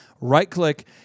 right-click